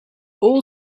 all